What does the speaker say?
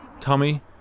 Tommy